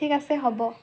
ঠিক আছে হ'ব